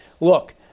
Look